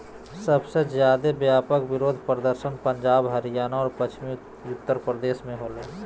सबसे ज्यादे व्यापक विरोध प्रदर्शन पंजाब, हरियाणा और पश्चिमी उत्तर प्रदेश में होलय